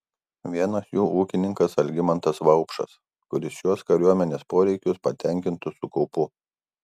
vienas jų ūkininkas algimantas vaupšas kuris šiuos kariuomenės poreikius patenkintų su kaupu